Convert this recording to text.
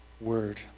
word